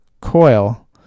coil